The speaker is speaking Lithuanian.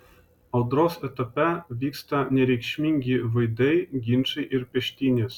audros etape vyksta nereikšmingi vaidai ginčai ir peštynės